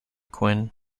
quinn